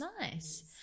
Nice